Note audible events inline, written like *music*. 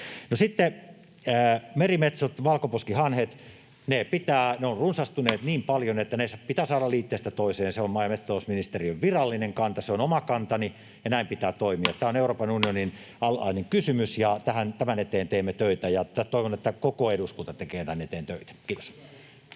sitten merimetsot, valkoposkihanhet: Ne ovat runsastuneet niin paljon, *noise* että ne pitää saada liitteestä toiseen. Se on maa- ja metsätalousministeriön virallinen kanta, se on oma kantani, ja näin pitää toimia. *noise* Tämä on Euroopan unionin alainen kysymys, ja tämän eteen teemme töitä. Toivon, että koko eduskunta tekee tämän eteen töitä. — Kiitos.